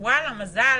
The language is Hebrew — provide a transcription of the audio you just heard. וואלה, מזל